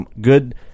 good